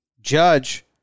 Judge